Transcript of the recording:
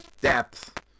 depth